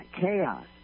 chaos